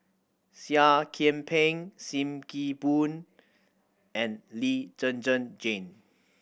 Seah Kian Peng Sim Kee Boon and Lee Zhen Zhen Jane